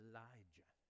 Elijah